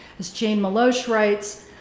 as jane maloche writes,